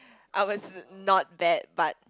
I was not that but